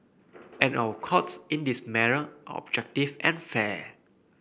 and our Courts in this matter are objective and fair